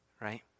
Right